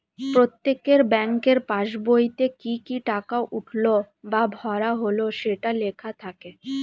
প্রত্যেকের ব্যাংকের পাসবইতে কি কি টাকা উঠলো বা ভরা হলো সেটা লেখা থাকে